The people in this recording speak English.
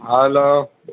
hello